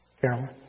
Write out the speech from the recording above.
Carolyn